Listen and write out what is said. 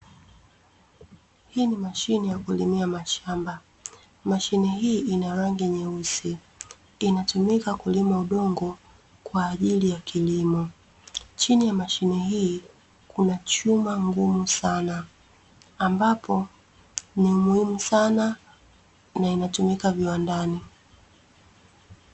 Hii ni mashine ya kulimia mashamba, mashine hii ina rangi nyeusi inatumika kulima udongo kwa ajili ya kilimo, chini ya mashine hii kuna chuma ngumu sana ambapo ni muhimu sana na inatumika viwandani.